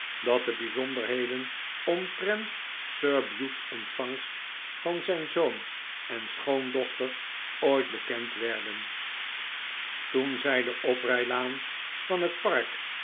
dat de bijzonderheden omtrent sir bute's ontvangst van zijn zoon en schoondochter ooit bekend werden toen zij de oprijlaan van het park